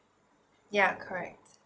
ya correct